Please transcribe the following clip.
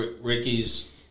Ricky's